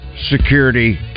Security